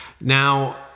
Now